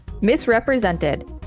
Misrepresented